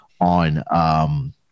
on